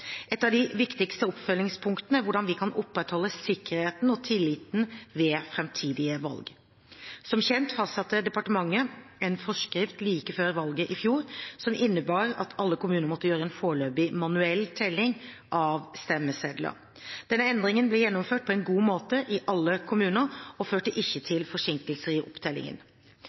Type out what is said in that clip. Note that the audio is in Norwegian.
Et av de viktigste oppfølgingspunktene er hvordan vi kan opprettholde sikkerheten og tilliten ved framtidige valg. Som kjent fastsatte departementet en forskrift like før valget i fjor som innebar at alle kommuner måtte gjøre en foreløpig manuell telling av stemmesedler. Denne endringen ble gjennomført på en god måte i alle kommuner og førte ikke til forsinkelser i opptellingen.